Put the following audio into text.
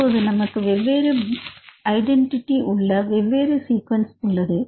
இப்போது நமக்கு வெவ்வேறு ஐடென்டிட்டி இல் உள்ள வெவ்வேறு சீக்வென்ஸ் உள்ளது